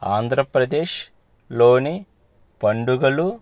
ఆంధ్రప్రదేశలోని పండుగలు